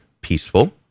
peaceful